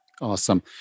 Awesome